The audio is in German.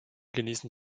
genießen